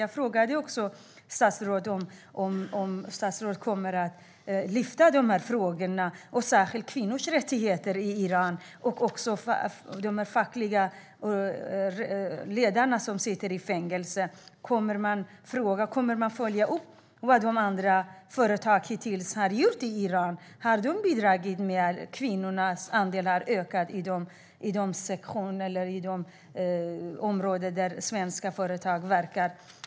Jag frågade statsrådet om han kommer att ta upp dessa frågor, särskilt vad gäller kvinnors rättigheter i Iran och de fackliga ledare som sitter i fängelse. Kommer man att följa upp vad de svenska företagen har gjort hittills i Iran? Har de bidragit till att öka andelen kvinnor i de områden där de verkar?